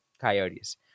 coyotes